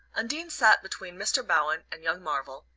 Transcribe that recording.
undine sat between mr. bowen and young marvell,